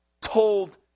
told